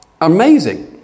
amazing